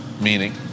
Meaning